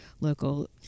local